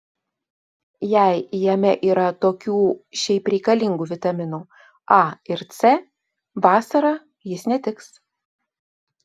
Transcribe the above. jei jame yra tokių šiaip reikalingų vitaminų a ir c vasarą jis netiks